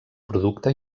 producte